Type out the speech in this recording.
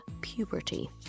puberty